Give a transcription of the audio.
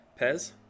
Pez